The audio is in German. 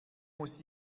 muss